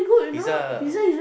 pizza